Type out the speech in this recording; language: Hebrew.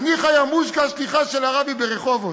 אני חיה מושקא, שליחה של הרבי ברחובות,